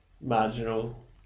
marginal